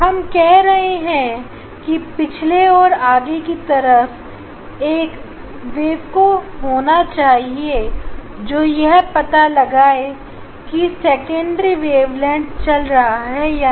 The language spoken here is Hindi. हम कह रहे हैं कि पीछे और आगे की तरफ एक वेब होना चाहिए जो यह पता लगाए किस सेकेंडरी वेवलेट चल रहे हैं या नहीं